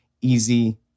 easy